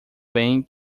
bem